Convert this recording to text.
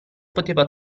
poteva